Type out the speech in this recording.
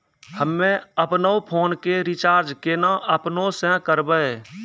हम्मे आपनौ फोन के रीचार्ज केना आपनौ से करवै?